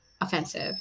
offensive